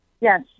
Yes